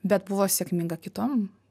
bet buvo sėkminga kitom